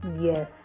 Yes